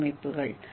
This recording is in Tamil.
கட்டமைப்புகள்